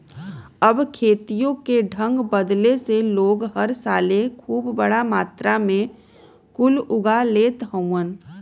अब खेतियों के ढंग बदले से लोग हर साले खूब बड़ा मात्रा मे कुल उगा लेत हउवन